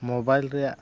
mobile ᱨᱮᱱᱟᱜ